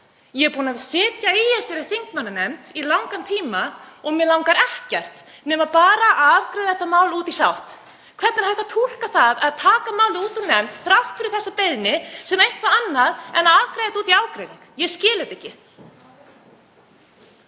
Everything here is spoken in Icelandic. ég hef setið í þessari þingmannanefnd í langan tíma og mig langar ekki í neitt annað en að afgreiða þetta mál í sátt. Hvernig er hægt að túlka það að taka málið út úr nefnd þrátt fyrir slíka beiðni sem eitthvað annað en að afgreiða það í ágreiningi? Ég skil þetta ekki.